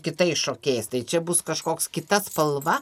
kitais šokiais tai čia bus kažkoks kita spalva